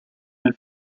elle